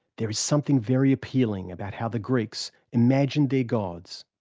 there is something very appealing about how the greeks imagined their gods.